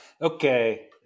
Okay